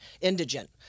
indigent